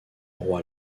roi